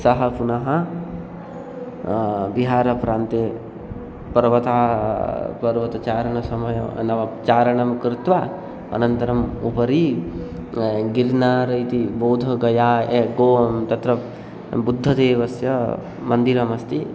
सः पुनः बिहारप्रान्ते पर्वतः पर्वतचारणसमये नाम चारणं कृत्वा अनन्तरम् उपरि गिर्नार् इति बोधगया ये गों तत्र बुद्धदेवस्य मन्दिरमस्ति